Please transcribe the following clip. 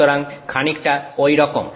সুতরাং খানিকটা ঐরকম